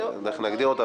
לא יודע איך להגדיר אותה,